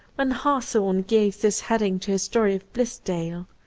when hawthorne gave this heading to his story of blithedale.